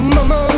Mama